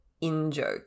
in-joke